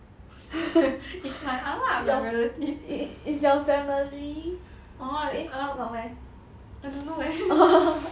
is my 阿嫲 my relative ah orh err I don't know leh